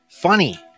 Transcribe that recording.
Funny